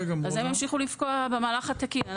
התעודות האלה ימשיכו לפקוע במהלך התקין.